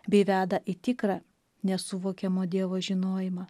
bei veda į tikrą nesuvokiamo dievo žinojimą